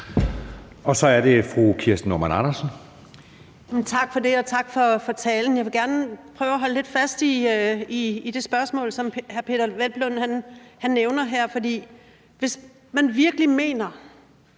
Kl. 15:58 Kirsten Normann Andersen (SF): Tak for det, og tak for talen. Jeg vil gerne prøve at holde lidt fast i det spørgsmål, som hr. Peder Hvelplund nævner, for hvis man virkelig mener,